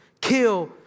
kill